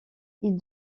ils